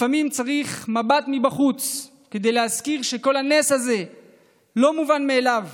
לפעמים צריך מבט מבחוץ כדי להזכיר שכל הנס הזה לא מובן מאליו